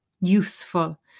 useful